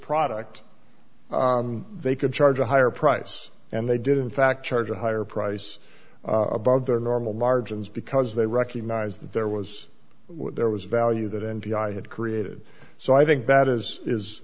product they could charge a higher price and they did in fact charge a higher price above their normal margins because they recognized that there was there was value that n p r had created so i think that is is